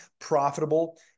profitable